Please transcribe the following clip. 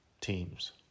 teams